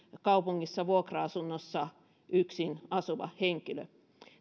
kaupungissa vuokra asunnossa yksin asuva henkilö